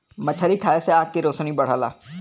मछरी खाये से आँख के रोशनी बढ़ला